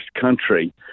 country